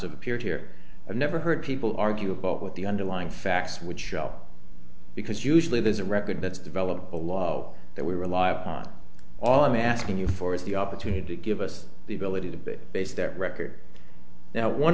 of appeared here i've never heard people argue about what the underlying facts would show because usually there's a record that's developed a law that we rely upon all i'm asking you for is the opportunity to give us the ability to base that